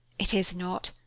it is not,